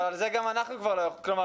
אבל על זה גם אנחנו לא יכולים כלומר